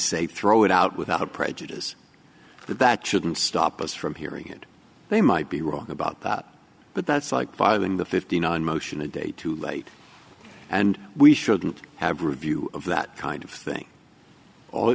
say throw it out without prejudice but that shouldn't stop us from hearing it they might be wrong about that but that's like filing the fifty nine dollars motion a day too late and we shouldn't have review of that kind of thing